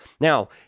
Now